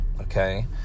okay